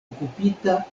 okupita